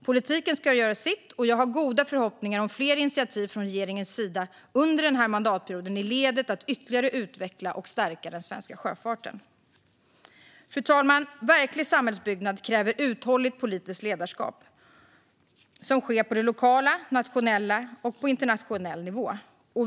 Politiken ska göra sitt, och jag har goda förhoppningar om fler initiativ från regeringens sida under denna mandatperiod i ett led att ytterligare utveckla och stärka den svenska sjöfarten. Fru talman! Verklig samhällsbyggnad kräver ett uthålligt politiskt ledarskap som sker på lokal, nationell och internationell nivå.